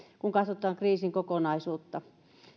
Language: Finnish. kun katsotaan kriisin kokonaisuutta